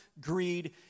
greed